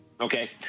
Okay